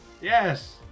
Yes